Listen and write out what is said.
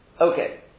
Okay